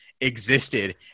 existed